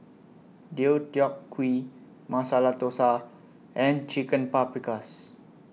Deodeok Gui Masala Dosa and Chicken Paprikas